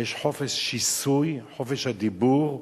יש חופש שיסוי, חופש הדיבור.